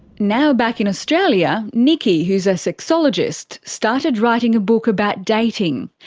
now back in australia, nikki, who's a sexologist, started writing a book about dating.